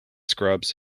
scrubs